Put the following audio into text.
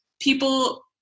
people